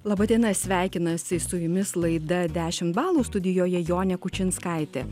laba diena sveikinasi su jumis laida dešimt balų studijoje jonė kučinskaitė